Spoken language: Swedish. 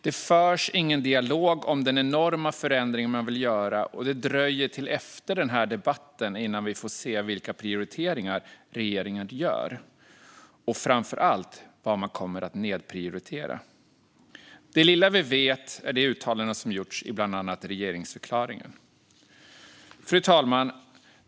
Det förs ingen dialog om den enorma förändring som man vill göra, och det dröjer till efter denna debatt innan vi får se vilka prioriteringar regeringen gör och framför allt vad man kommer att nedprioritera. Det lilla vi vet kommer från de uttalanden som har gjorts i bland annat regeringsförklaringen. Fru talman!